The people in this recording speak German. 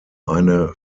eine